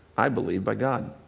i believe, by god.